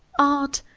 art,